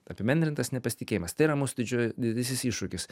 apibendrintas nepasitikėjimas tai yra mūsų didžioji didysis iššūkis